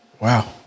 wow